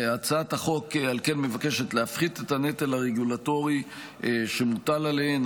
על כן הצעת החוק מבקשת להפחית את הנטל הרגולטורי שמוטל עליהן.